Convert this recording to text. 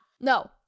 No